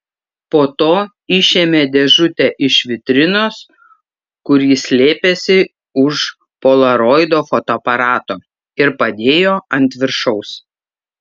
po to išėmė dėžutę iš vitrinos kur ji slėpėsi už polaroido fotoaparato ir padėjo ant viršaus